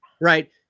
right